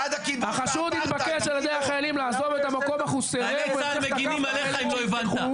החשוד התבקש על ידי החיילים לעזוב את המקום אך הוא סירב.